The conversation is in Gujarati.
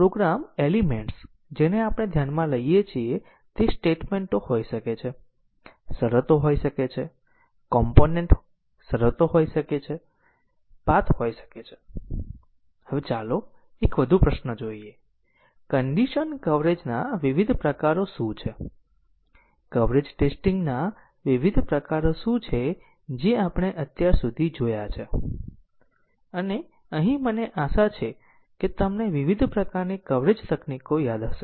અને કંટ્રોલ ફલો ગ્રાફ જેમ આપણે છેલ્લા સત્રમાં ચર્ચા કરી રહ્યા છીએ તે પ્રોગ્રામના ગ્રાફનું પ્રતિનિધિત્વ છે જ્યાં પ્રોગ્રામના સ્ટેટમેન્ટો આ ગ્રાફના નોડ છે અને એ તે સિકવન્સ નું પ્રતિનિધિત્વ કરે છે જેમાં પ્રોગ્રામ દ્વારા કંટ્રોલ ફલો છે અથવા સિકવન્સ જેમાં સ્ટેટમેન્ટો ચલાવવામાં આવે છે